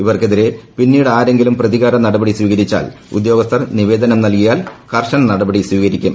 ഇവർക്കെതിരെ പിന്നീട് ആരെങ്കിലൂം പ്രതികാര നടപടി സ്വീകരിച്ചാൽ ഉദ്യോഗസ്ഥർ നിവേദഗ്രി നൽകിയാൽ കർശന നടപടി സ്വീകരിക്കും